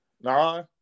Nah